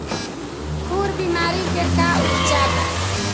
खुर बीमारी के का उपचार बा?